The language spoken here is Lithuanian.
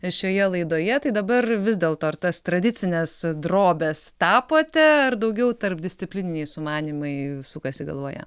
šioje laidoje tai dabar vis dėlto ar tas tradicines drobes tapote ar daugiau tarpdisciplininiai sumanymai sukasi galvoje